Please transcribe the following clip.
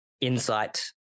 insight